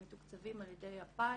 הם מתוקצבים על ידי הפיס.